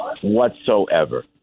whatsoever